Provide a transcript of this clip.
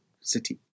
city